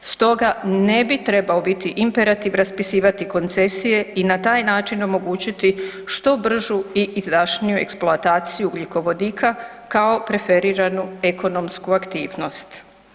Stoga ne bi trebao biti imperativ raspisivati koncesije i na taj način omogućiti što bržu i izdašniju eksploataciju ugljikovodika kao preferiranu ekonomsku aktivnost.